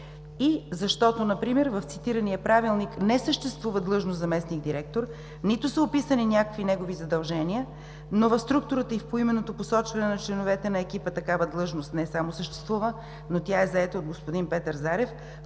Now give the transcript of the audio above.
и защото например в цитирания правилник не съществува длъжност „заместник-директор“, нито са описани някакви негови задължения, но в структурата и в поименното посочване на членовете на екипа такава длъжност не само съществува, но тя е заета от господин Петър Зарев,